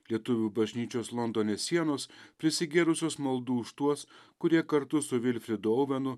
lietuvių bažnyčios londone sienos prisigėrusios maldų už tuos kurie kartu su vilfrydu auvenu